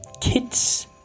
kids